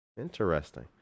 Interesting